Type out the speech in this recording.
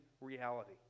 reality